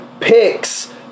picks